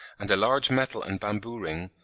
and a large metal and bamboo ring,